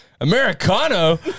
Americano